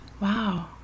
wow